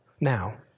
Now